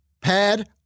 pad